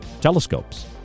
telescopes